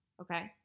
Okay